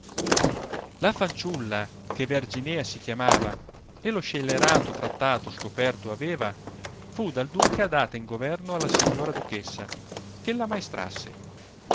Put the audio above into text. la fanciulla che verginea si chiamava e lo scelerato trattato scoperto aveva fu dal duca data in governo alla signora duchessa che l ammaestrasse e